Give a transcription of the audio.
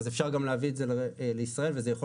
אז אפשר גם להביא את זה לישראל וזה יכול